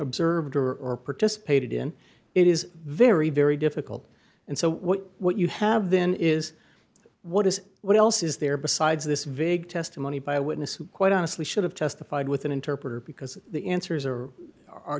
observed or participated in it is very very difficult and so what you have then is what is what else is there besides this vague testimony by a witness who quite honestly should have testified with an interpreter because the answers are are